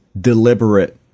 deliberate